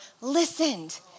listened